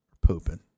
pooping